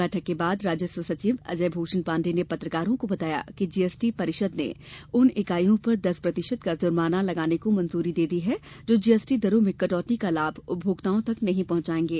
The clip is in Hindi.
बैठक के बाद राजस्व सचिव अजय भूषण पाण्डेय ने पत्रकारों को बताया कि जीएसटी परिषद् ने उन इकाइयों पर दस प्रतिशत का जुर्माना लगाने को मंजूरी दे दी है जो जीएसटी दरों में कटौती का लाभ उपभोक्ताओं तक नहीं पहुंचायेंगे